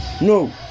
No